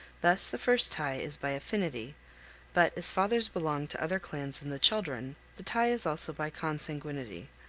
thus the first tie is by affinity but, as fathers belong to other clans than the children, the tie is also by consanguinity.